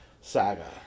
saga